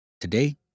Today